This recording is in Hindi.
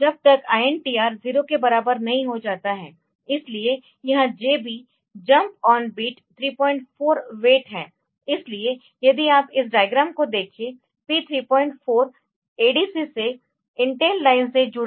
जब तक INTR 0 के बराबर नहीं हो जाता है इसलिए यह JB jump on bit 34 WAIT है इसलिए यदि आप इस डायग्राम को देखें P 34 ADC से इंटेल लाइन से जुड़ा है